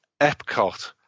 Epcot